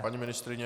Paní ministryně?